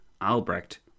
Albrecht